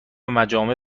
مجامع